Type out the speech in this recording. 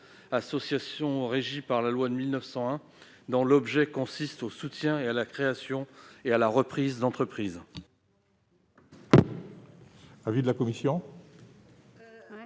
associations régies par la loi de 1901 et dont l'objet consiste à soutenir la création et la reprise d'entreprises.